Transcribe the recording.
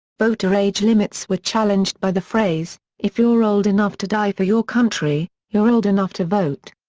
voter age-limits were challenged by the phrase if you're old enough to die for your country, you're old enough to vote.